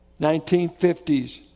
1950s